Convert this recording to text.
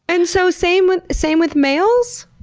and so, same with same with males?